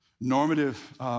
normative